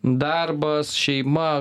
darbas šeima